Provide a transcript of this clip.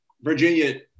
Virginia